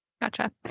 Gotcha